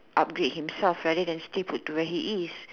upgrade himself rather than stay put where he is